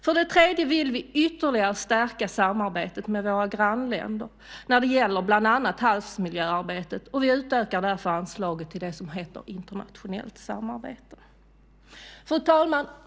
För det tredje vill vi ytterligare stärka samarbetet med våra grannländer när det gäller bland annat havsmiljöarbetet. Vi utökar därför anslagen till det som heter internationellt samarbete. Fru talman!